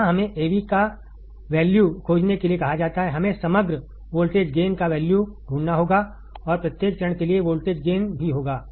यहां हमें AV का वैल्यू खोजने के लिए कहा जाता है हमें समग्र वोल्टेज गेन का वैल्यू ढूंढना होगा और प्रत्येक चरण के लिए वोल्टेज गेन भी होगा